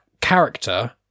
character